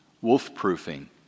wolf-proofing